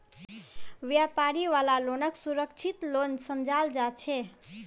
व्यापारी वाला लोनक सुरक्षित लोन समझाल जा छे